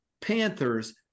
Panthers